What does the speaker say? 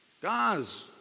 Guys